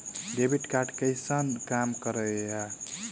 Debit card कैसन काम करेया?